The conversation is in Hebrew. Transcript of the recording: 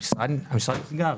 המשרד נסגר.